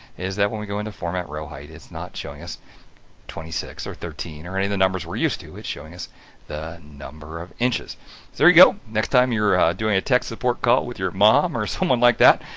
is that when we go into format, row height, it's not showing us twenty six or thirteen or any of the numbers we're used to, it's showing us the number of inches. so there you go, next time you're doing a tech support call with your mom or someone like that,